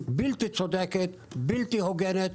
בלתי צודקת ובלתי הוגנת,